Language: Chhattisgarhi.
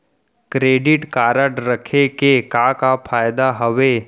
क्रेडिट कारड रखे के का का फायदा हवे?